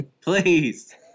Please